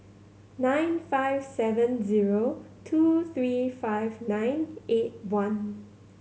nine five seven zero two three five nine eight one